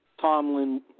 Tomlin